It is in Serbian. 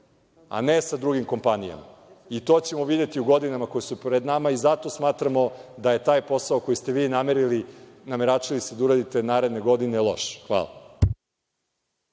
a ne sa drugim kompanijama. To ćemo videti u godinama koje su pred nama i zato smatramo da je taj posao koji ste vi namerili, nameračili se da uradite naredne godine loš. Hvala.